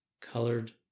colored